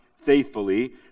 faithfully